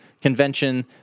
convention